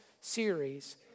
series